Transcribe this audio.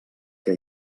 què